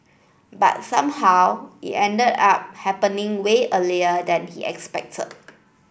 but somehow it ended up happening way earlier than he expected